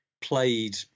played